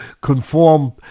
conform